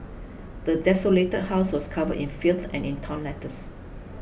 the desolated house was covered in filth and torn letters